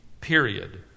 period